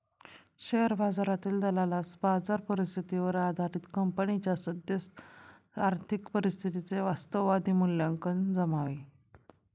share बाजारातील दलालास बाजार परिस्थितीवर आधारित कंपनीच्या सद्य आर्थिक परिस्थितीचे वास्तववादी मूल्यांकन जमावे